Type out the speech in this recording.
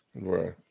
Right